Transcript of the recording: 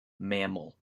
mammal